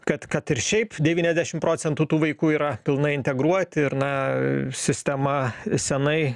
kad kad ir šiaip devyniasdešimt procentų tų vaikų yra pilnai integruoti ir na sistema senai